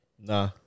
Nah